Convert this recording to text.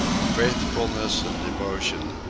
faithfulness and devotion,